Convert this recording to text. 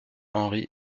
henri